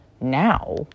now